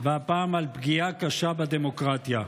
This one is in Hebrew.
והפעם על פגיעה קשה בדמוקרטיה.